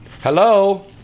Hello